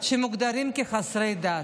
שמוגדרים חסרי דת,